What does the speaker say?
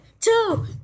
two